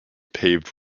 paved